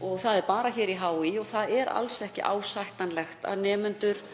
og hún er bara í HÍ. Það er alls ekki ásættanlegt að nemendur